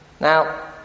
Now